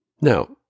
Now